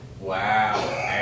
wow